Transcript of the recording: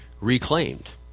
reclaimed